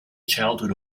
childhood